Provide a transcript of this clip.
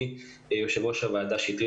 יושבת-ראש הוועדה קטי שטרית,